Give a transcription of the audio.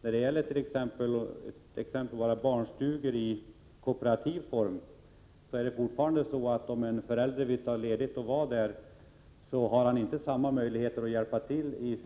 När det exempelvis gäller våra barnstugor i kooperativ form är det fortfarande så att om en förälder vill vara ledig och vara på barnstugan har han eller hon inte samma möjligheter att hjälpa till där